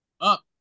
up